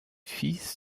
fils